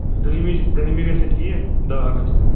دٔہِمہِ دٔہِمہِ گژھیٛا ٹھیٖک دَہ اگستہٕ